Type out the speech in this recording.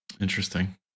Interesting